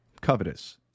Covetous